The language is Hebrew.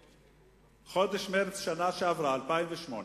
ובחודש מרס בשנה שעברה, 2008,